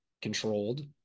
controlled